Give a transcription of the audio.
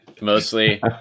mostly